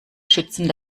schützen